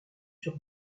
sur